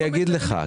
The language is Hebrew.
אני אגיד לך,